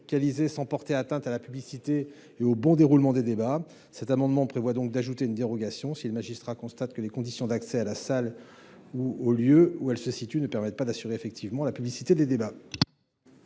délocalisée sans porter atteinte à la publicité et au bon déroulement des débats. Cet amendement tend donc à ajouter une dérogation si les magistrats constatent que les conditions d’accès à la salle ou au lieu où elle se situe ne permettent pas d’assurer effectivement cette publicité des débats.